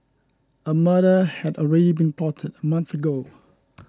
a murder had already been plotted a month ago